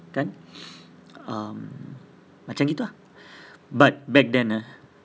kan um macam gitu ah but back then ah